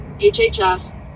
HHS